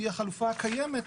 שהיא החלופה הקיימת,